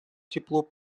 тепло